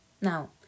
Now